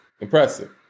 Impressive